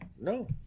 No